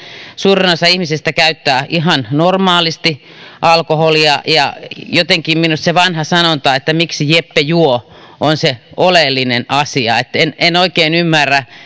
suurin osa ihmisistä käyttää ihan normaalisti alkoholia jotenkin minusta se vanha sanonta miksi jeppe juo on se oleellinen asia en en oikein ymmärrä